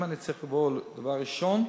אם אני צריך לבוא עם דבר ראשון,